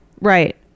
Right